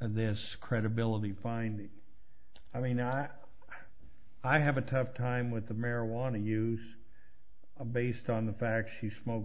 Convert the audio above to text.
this credibility find i i mean i have a tough time with the marijuana use a based on the fact she smoked